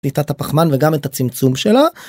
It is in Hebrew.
פליטת הפחמן וגם את הצמצום שלה.